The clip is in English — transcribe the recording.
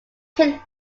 kicked